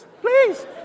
please